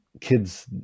kids